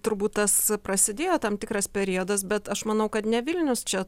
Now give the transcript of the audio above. turbūt tas prasidėjo tam tikras periodas bet aš manau kad ne vilnius čia